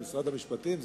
עם משרד המשפטים.